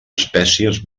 espècies